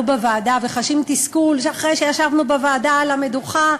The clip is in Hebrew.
בוועדה וחשים תסכול שאחרי שישבנו בוועדה על המדוכה,